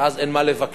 ואז אין מה לבקר,